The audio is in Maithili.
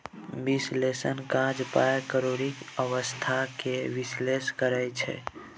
बिश्लेषकक काज पाइ कौरीक अबस्था केँ बिश्लेषण करब छै